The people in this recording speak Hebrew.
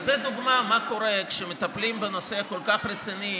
וזו דוגמה מה קורה שמטפלים בנושא כל כך רציני